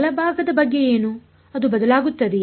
ಬಲಭಾಗದ ಬಗ್ಗೆ ಏನು ಅದು ಬದಲಾಗುತ್ತದೆಯೇ